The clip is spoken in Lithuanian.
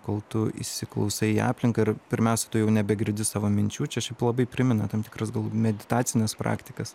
kol tu įsiklausai į aplinką ir pirmiausia tu jau nebegirdi savo minčių čia šiaip labai primena tam tikras meditacines praktikas